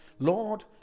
lord